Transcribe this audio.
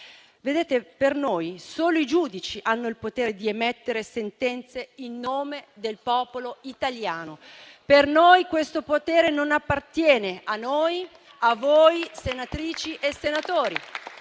Vedete, per noi solo i giudici hanno il potere di emettere sentenze in nome del popolo italiano. Per noi questo potere non appartiene a noi, a voi, senatrici e senatori.